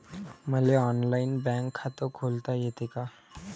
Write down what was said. मले online bank खात खोलता येते का?